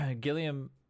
Gilliam